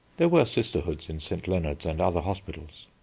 there were sisterhoods in st. leonard's and other hospitals.